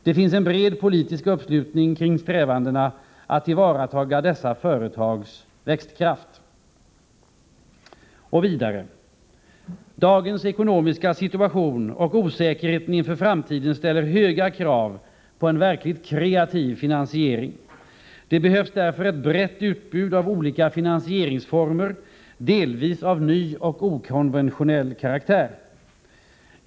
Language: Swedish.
Det finns en bred politisk uppslutning kring strävandena att tillvarata dessa företags växtkraft.” ”Dagens ekonomiska situation och osäkerheten inför framtiden ställer höga krav på en verkligt kreativ finansiering. Det behövs därför ett brett utbud av olika finansieringsformer, delvis av ny och okonventionell karaktär.